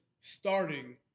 starting